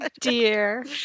dear